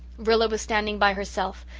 rilla was standing by herself,